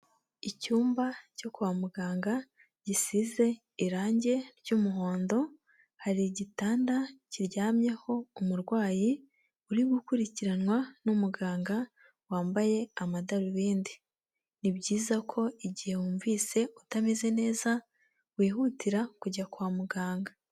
Icyumba cyo kwa muganga gisize irange ry'umuhondo, hari igitanda kiryamyeho umurwayi uri gukurikiranwa n'umuganga wambaye amadarubindi, ni byiza ko igihe wumvise utameze neza wihutira kujya kwa muganga.